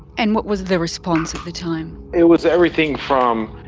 and what was the response at the time? it was everything from,